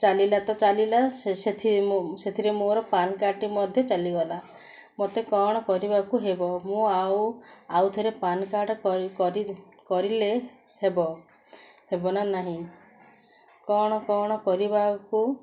ଚାଲିଲା ତ ଚାଲିଲା ସେ ସେଥିରେ ମୋର ପ୍ୟାନ୍ କାର୍ଡ଼ଟି ମଧ୍ୟ ଚାଲିଗଲା ମତେ କ'ଣ କରିବାକୁ ହେବ ମୁଁ ଆଉ ଆଉଥରେ ପ୍ୟାନ୍ କାର୍ଡ଼ କରିଲେ ହେବ ହେବ ନା ନାହିଁ କ'ଣ କ'ଣ କରିବାକୁ